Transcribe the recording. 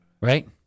Right